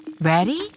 Ready